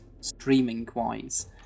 streaming-wise